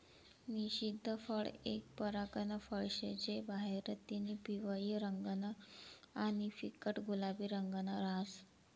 निषिद्ध फळ एक परकारनं फळ शे जे बाहेरतीन पिवयं रंगनं आणि फिक्कट गुलाबी रंगनं रहास